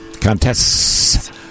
Contests